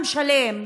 עם שלם,